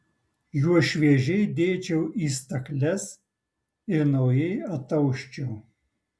juos šviežiai dėčiau į stakles ir naujai atausčiau